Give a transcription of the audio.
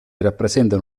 rappresentano